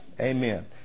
Amen